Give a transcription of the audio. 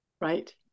Right